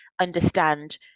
understand